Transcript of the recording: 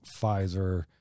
Pfizer